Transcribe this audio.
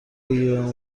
بگیرم